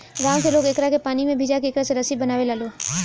गांव में लोग एकरा के पानी में भिजा के एकरा से रसरी बनावे लालो